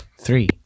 Three